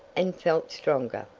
and felt stronger.